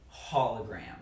hologram